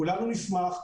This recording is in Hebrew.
כולנו נשמח,